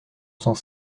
cent